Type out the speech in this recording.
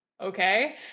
Okay